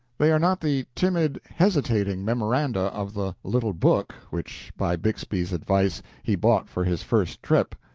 they are not the timid, hesitating memoranda of the little book which, by bixby's advice, he bought for his first trip.